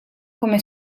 come